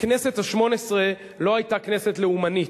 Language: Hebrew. הכנסת השמונה-עשרה לא היתה כנסת לאומנית,